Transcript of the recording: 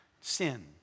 sin